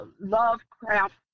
Lovecraft